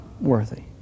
worthy